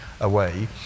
away